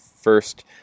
First